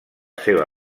seva